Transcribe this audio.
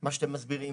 מה שאתם מסבירים.